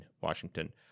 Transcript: Washington